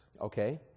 Okay